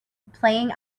playing